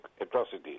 Atrocities